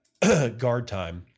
GuardTime